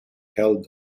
held